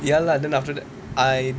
ya lah then after that I